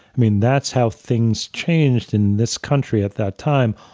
i mean, that's how things changed in this country at that time,